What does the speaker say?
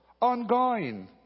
ongoing